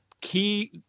key